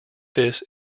this